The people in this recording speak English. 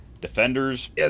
Defenders